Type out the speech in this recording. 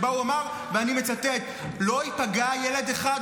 שבה הוא אמר: "לא ייפגע ילד אחד,